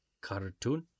Cartoon